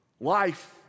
Life